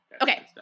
Okay